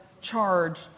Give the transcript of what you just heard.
charge